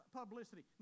publicity